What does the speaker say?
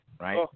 right